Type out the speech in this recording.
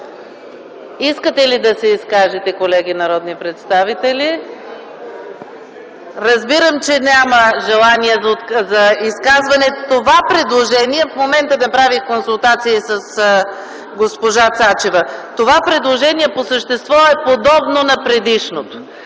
Искате ли да се изкажете, колеги народни представители? Разбирам, че няма желание за изказване. Това предложение – в момента направих консултация с госпожа Цачева, по същество е подобно на предишното.